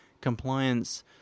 compliance